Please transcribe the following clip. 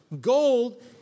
gold